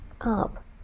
up